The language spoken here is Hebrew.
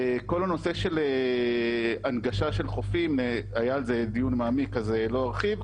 כל הנושא שלה נגשה של חופים היה על זה דיון מעמיק אז לא ארחיב.